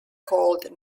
called